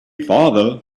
farther